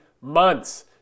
months